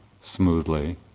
smoothly